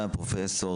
פרופ'